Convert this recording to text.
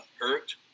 hurt